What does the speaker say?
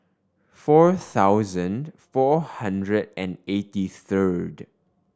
four thousand four hundred and eighty third